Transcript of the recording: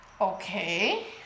okay